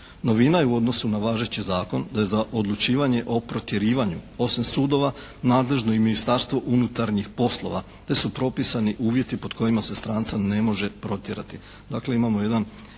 Novina je u odnosu na važeći zakon te za odlučivanje o protjerivanju osim sudova nadležno i Ministarstvo unutarnjih poslova te su propisani uvjeti pod kojima se stranca ne može protjerati.